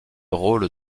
rôle